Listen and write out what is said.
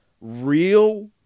real